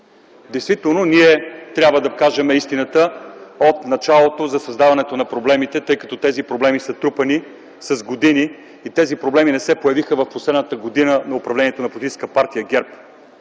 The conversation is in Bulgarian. Действително ние трябва да кажем истината от началото за създаването на проблемите, тъй като те са трупани с години и тези проблеми не се появиха в последната година от управлението на политическа партия ГЕРБ.